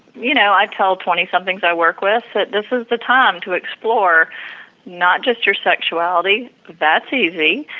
you know, i tell twenty somethings i work with, this is the time to explore not just your sexuality, that's easy,